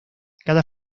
cada